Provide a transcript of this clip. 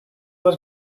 was